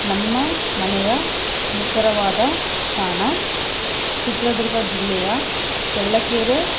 ನಮ್ಮ ಮನೆಯ ನಿಖರವಾದ ಸ್ಥಾನ ಚಿತ್ರದುರ್ಗ ಜಿಲ್ಲೆಯ ಚಳ್ಳಕೇರೆ